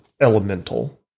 elemental